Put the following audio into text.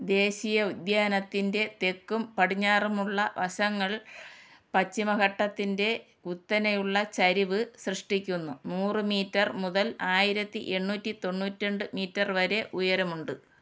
ദേശീയോദ്യാനത്തിൻ്റെ തെക്കും പടിഞ്ഞാറുമുള്ള വശങ്ങൾ പശ്ചിമഘട്ടത്തിൻ്റെ കുത്തനെയുള്ള ചരിവ് സൃഷ്ടിക്കുന്നു നൂറ് മീറ്റർ മുതൽ ആയിരത്തി എണ്ണുറ്റി തൊണ്ണൂറ്റി രണ്ട് മീറ്റർ വരെ ഉയരമുണ്ട്